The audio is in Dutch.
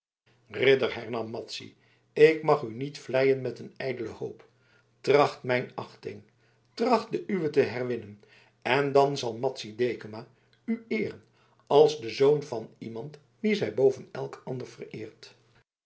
ridder hernam madzy ik mag u niet vleien met een ijdele hoop tracht mijn achting tracht de uwe te herwinnen en dan zal madzy dekama u eeren als den zoon van iemand wien zij boven elk ander vereert